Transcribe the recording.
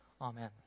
Amen